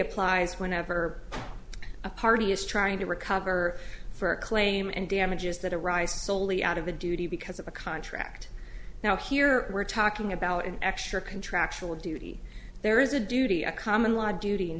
applies whenever a party is trying to recover for a claim and damages that arise solely out of a duty because of a contract now here we're talking about an extra contractual duty there is a duty a common law duty